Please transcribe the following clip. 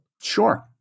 Sure